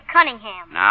Cunningham